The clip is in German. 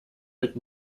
mit